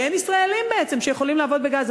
כי בעצם אין ישראלים שיכולים לעבוד בגז.